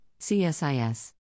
CSIS